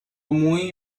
مویی